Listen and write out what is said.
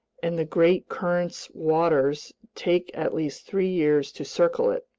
and the great current's waters take at least three years to circle it.